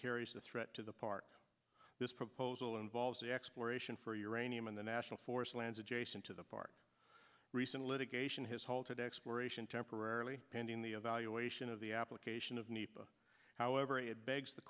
carries the threat to the park this proposal involves exploration for uranium and the national forest lands adjacent to the park recent litigation has halted exploration temporarily pending the evaluation of the application of need however it begs the